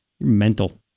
Mental